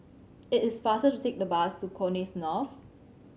it is faster to take the bus to Connexis North